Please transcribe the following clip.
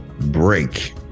break